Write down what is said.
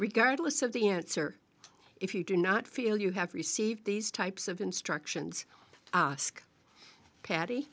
regardless of the answer if you do not feel you have received these types of instructions ask patty